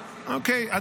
היושב-ראש,